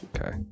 okay